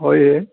হয় হে